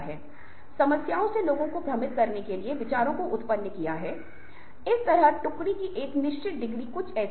इसलिए दोनों चरम मामले हैं जिनमे हमें बहुत सावधान रहना होगा और अंत में आत्म सम्मान बहुत महत्वपूर्ण है